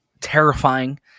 terrifying